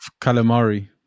calamari